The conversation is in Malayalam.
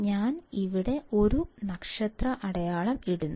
ഞാൻ ഇവിടെ ഒരു നക്ഷത്രം അടയാളം ഇടുന്നു